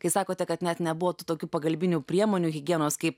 kai sakote kad net nebuvo tų tokių pagalbinių priemonių higienos kaip